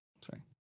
sorry